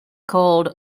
called